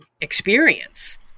experience